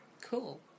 cool